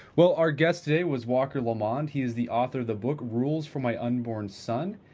well, our guest today was walker lamond. he is the author of the book, rules for my unborn son.